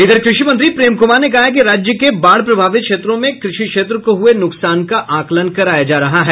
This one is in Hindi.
इधर कृषि मंत्री प्रेम कुमार ने कहा है कि राज्य के बाढ प्रभावित क्षेत्रों में कृषि क्षेत्र को हुए नुकसान का आकलन कराया जा रहा है